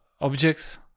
objects